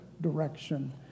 direction